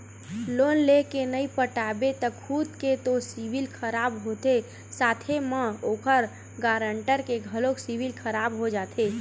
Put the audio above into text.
loan लेय के नइ पटाबे त खुद के तो सिविल खराब होथे साथे म ओखर गारंटर के घलोक सिविल खराब हो जाथे